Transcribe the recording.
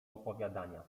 opowiadania